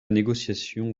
négociation